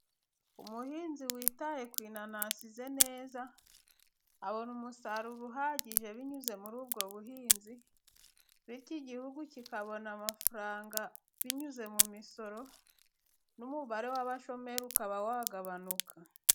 Umuhinzi witaye kw'inanasi ze neza abona umusaruro uhagije binyuze muri ubwo buhinzi bityo igihugu kikabona amafaranga binyuze mu misoro n'umubare w'abashomeri ukaba wagabanuka.